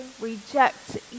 reject